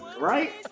Right